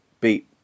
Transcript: beat